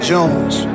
Jones